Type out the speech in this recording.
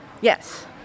Yes